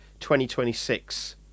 2026